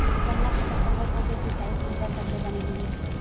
गन्ना के फसल बर कोन से सिचाई सुविधा सबले बने होही?